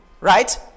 right